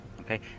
Okay